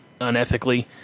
unethically